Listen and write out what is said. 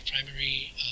primary